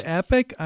epic